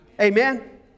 Amen